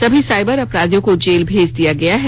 सभी साइबर अपराधियों को जेल भेज दिया गया है